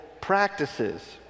practices